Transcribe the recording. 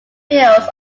fields